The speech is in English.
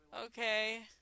Okay